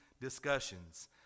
discussions